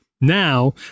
Now